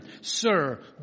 Sir